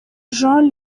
jean